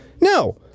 No